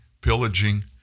pillaging